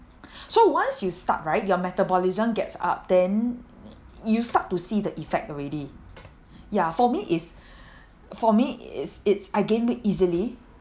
so once you start right your metabolism gets up then you start to see the effect already ya for me is for me it's it's I gain weight easily